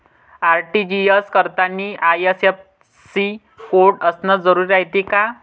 RTGS करतांनी IFSC code असन जरुरी रायते का?